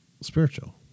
spiritual